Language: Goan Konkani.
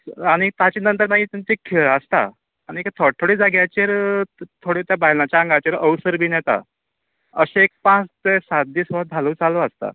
आनीक ताज्या नंतर मागीर तांचो एक खेळ आसता आनीक थोडे थोड्या जाग्यांचेर थोडें त्या बायलांच्या आंगाचेर अवसर बीन येता अशें एक पांच ते सात दीस हो धालो आसता